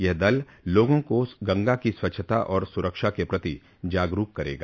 यह दल लोगों को गंगा की स्वच्छता और सुरक्षा के प्रति जागरूक करेगा